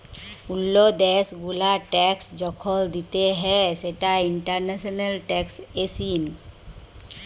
ওল্লো দ্যাশ গুলার ট্যাক্স যখল দিতে হ্যয় সেটা ইন্টারন্যাশনাল ট্যাক্সএশিন